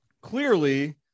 clearly